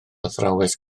athrawes